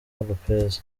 lopez